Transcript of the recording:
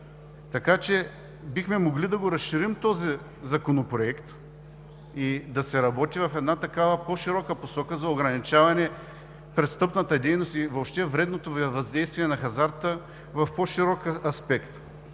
Така че бихме могли да разширим този законопроект и да се работи в по-широка посока за ограничаване престъпната дейност и въобще вредното въздействие на хазарта в по-широк аспект.